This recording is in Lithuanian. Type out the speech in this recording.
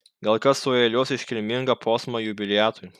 gal kas sueiliuos iškilmingą posmą jubiliatui